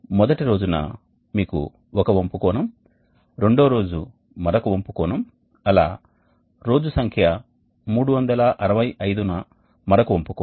మొదటి రోజున మీకు ఒక వంపు కోణం రెండవ రోజు మరొక వంపు కోణం అలా రోజు సంఖ్య 365 న మరొక వంపు కోణం